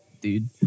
dude